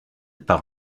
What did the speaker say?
par